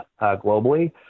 globally